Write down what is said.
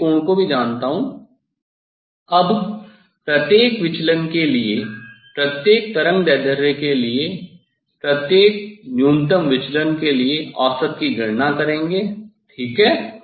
मैं प्रिज्म के कोण को भी जानता हूँ अब प्रत्येक विचलन के लिए प्रत्येक तरंगदैर्ध्य के लिए प्रत्येक न्यूनतम विचलन के लिए औसत की गणना करेंगे ठीक है